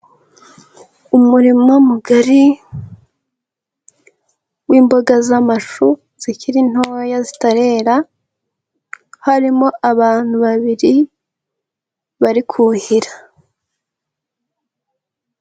Umurima mugari w'imboga z'amashu, zikiri ntoya zitarera, harimo abantu babiri bari kuhira.